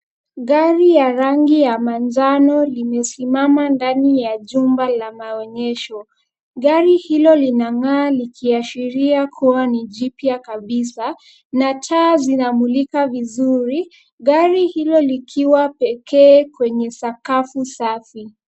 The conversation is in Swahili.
Gari ya rangi ya manjano limesimama ndani ya jumba la maonyesho. Gari hilo linang'aa likiashiria kuwa ni jipya kabisa na taa zinamulika vizuri. Gari hilo likiwa pekee kwenye sakafu safi.